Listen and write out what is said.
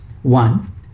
One